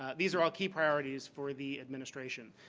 ah these are all key priorities for the administration.